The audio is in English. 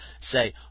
say